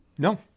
No